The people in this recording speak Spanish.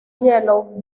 yellow